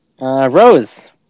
Rose